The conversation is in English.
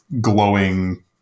glowing